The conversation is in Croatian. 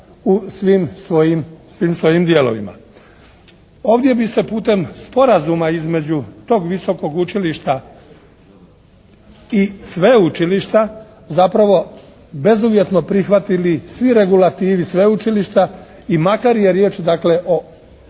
u svim svojim dijelovima. Ovdje bi se putem sporazuma između tog visokog učilišta i sveučilišta zapravo bezuvjetno prihvatili svi regulativi sveučilišta. I makar je riječ dakle o